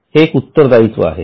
हे एक उत्तरदायित्व आहे